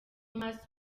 mars